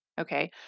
Okay